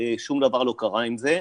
שום דבר לא קרה עם זה.